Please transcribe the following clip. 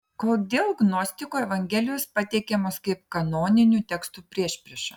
kodėl gnostikų evangelijos pateikiamos kaip kanoninių tekstų priešprieša